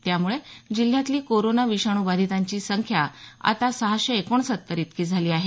त्यामुळे जिल्ह्यातली कोरोना विषाणू बाधितांची एकूण संख्या आता सहाशे एकोणसत्तर इतकी झाली आहे